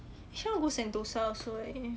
actually want go sentosa also leh